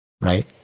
right